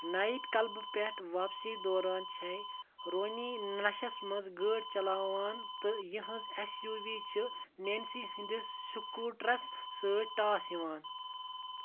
night کٕلَبہٕ پٮ۪ٹھ واپسی دوران چھے٘ رونی نشَس منٛز گٲڑۍ چلاوان تہٕ یِہٕنٛزِ ایس یوٗ وِی چھِ نینسی ہٕنٛدِس سکوٗٹرَس سۭتۍ ٹاس یوان